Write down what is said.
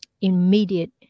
immediate